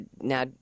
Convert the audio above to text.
now